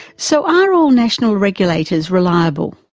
so are all national regulators reliable?